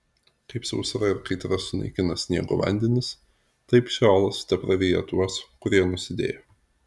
kaip sausra ir kaitra sunaikina sniego vandenis taip šeolas tepraryja tuos kurie nusidėjo